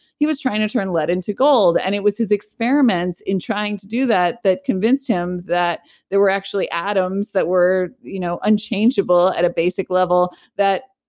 he was trying to turn lead into gold. and it was his experiments in trying to do that, that convinced him that there were actually atoms that were, you know unchangeable at a basic level. that,